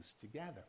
together